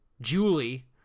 Julie